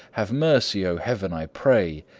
have mercy, o heaven, i pray,